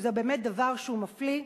שזה באמת דבר מפליא.